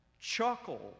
chuckle